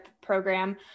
program